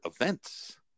events